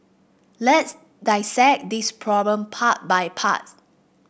let's dissect this problem part by parts